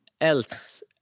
else